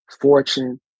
fortune